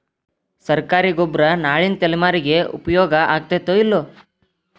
ಸರ್ಕಾರಿ ಗೊಬ್ಬರ ನಾಳಿನ ತಲೆಮಾರಿಗೆ ಉಪಯೋಗ ಆಗತೈತೋ, ಇಲ್ಲೋ?